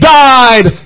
died